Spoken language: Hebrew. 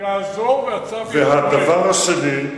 יעזור והצו ישונה.